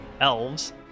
elves